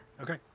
Okay